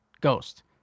ghost